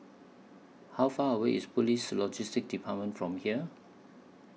How Far away IS Police Logistics department from here